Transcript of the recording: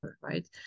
right